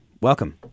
Welcome